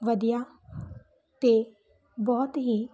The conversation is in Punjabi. ਵਧੀਆ ਅਤੇ ਬਹੁਤ ਹੀ